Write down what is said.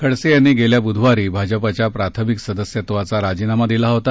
खडसे यांनी गेल्या ब्धवारी भाजपाच्या प्राथमिक सदस्यत्वाचा राजीनामा दिला होता